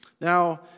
Now